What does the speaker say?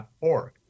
.org